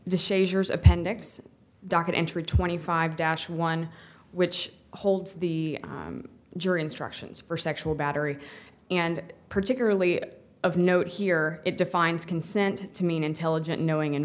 appendix docket entry twenty five dash one which holds the jury instructions for sexual battery and particularly of note here it defines consent to mean intelligent knowing and